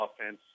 offense